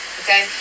okay